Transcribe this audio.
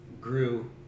grew